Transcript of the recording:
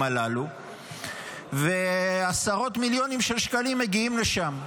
הללו ועשרות מיליוני שקלים מגיעים לשם.